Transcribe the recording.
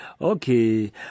Okay